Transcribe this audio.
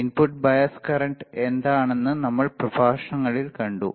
input bias current എന്താണെന്ന് നമ്മൾ പ്രഭാഷണങ്ങളിൽ കണ്ടു